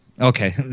Okay